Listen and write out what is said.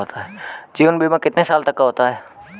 जीवन बीमा कितने साल तक का होता है?